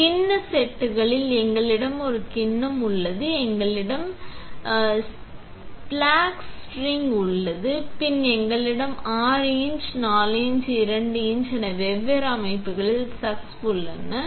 கிண்ண செட்களில் எங்களிடம் ஒரு கிண்ணம் உள்ளது எங்களிடம் ஒரு ஸ்பிளாஸ் ரிங் உள்ளது பின்னர் எங்களிடம் 6 இன்ச் 4 இன்ச் 2 இன்ச் என வெவ்வேறு அளவுகளில் சக்ஸ் உள்ளது